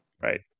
Right